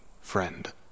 friend